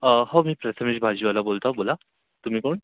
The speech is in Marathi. हो मी प्रथमेश भाजीवाला बोलतो बोला तुम्ही कोण